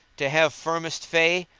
to have firmest fey?